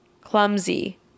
clumsy